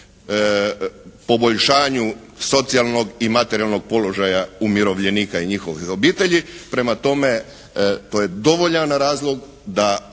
poboljšanju socijalnog i materijalnog položaja umirovljenika i njihovih obitelji, prema tome to je dovoljan razlog da